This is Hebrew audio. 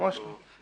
ממש לא.